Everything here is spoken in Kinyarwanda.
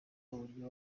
uburyo